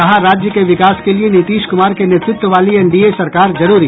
कहा राज्य के विकास के लिए नीतीश कुमार के नेतृत्व वाली एनडीए सरकार जरूरी